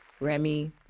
Remy